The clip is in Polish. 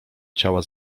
ciała